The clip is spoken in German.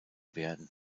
werden